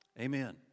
amen